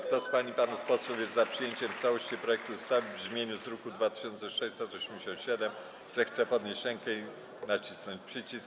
Kto z pań i panów posłów jest za przyjęciem w całości projektu ustawy w brzmieniu z druku nr 2687, zechce podnieść rękę i nacisnąć przycisk.